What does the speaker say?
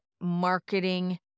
marketing